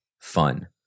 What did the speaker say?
fun